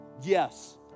yes